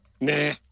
Nah